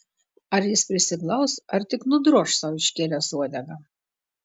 ar jis prisiglaus ar tik nudroš sau iškėlęs uodegą